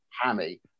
hammy